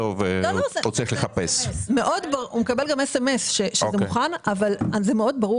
כשזה מוכן הוא גם מקבל גם SMS. מאוד ברור